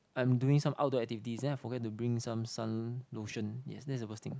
I'm doing some outdoor activities then I forget to bring some sun lotion yes that's the worst thing